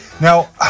Now